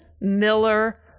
Miller